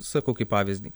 sakau kaip pavyzdį